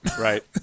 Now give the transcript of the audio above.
Right